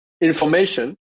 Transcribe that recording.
information